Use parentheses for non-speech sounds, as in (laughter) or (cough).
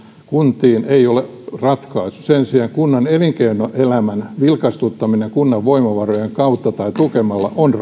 kuntiin ei ole ratkaisu sen sijaan kunnan elinkeinoelämän vilkastuttaminen kunnan voimavarojen kautta tai tukemalla on (unintelligible)